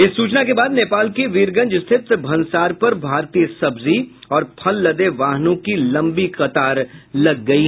इस सूचना के बाद नेपाल की वीरगंज स्थित भनसार पर भारतीय सब्जी और फल लदे वाहनों की लंबी कतार लग गयी